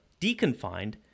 deconfined